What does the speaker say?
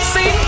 See